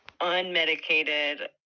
unmedicated